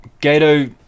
Gato